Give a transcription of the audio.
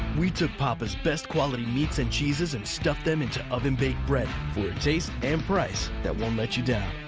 we took papa's best quality meats and cheeses and stuffed them into oven-baked bread. for a taste and price that won't let you down.